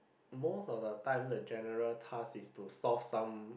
most of the time the general task is to source some